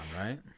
right